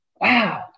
wow